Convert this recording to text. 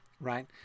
right